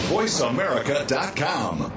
VoiceAmerica.com